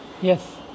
Yes